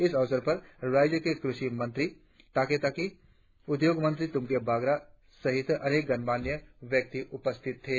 इस अवसर पर राज्य के कृषि मंत्री तागे ताकी उद्योग मंत्री तुमके बागरा सहित अनेक गणमान्य व्यक्ति उपस्थित थे